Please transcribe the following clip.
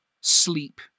sleep